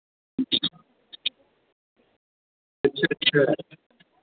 अच्छा अच्छा